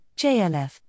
JLF